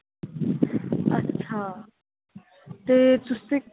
अच्छा ते तुसें